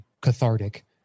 cathartic